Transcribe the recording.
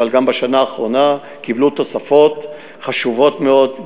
אבל גם בשנה האחרונה קיבלו תוספות חשובות מאוד.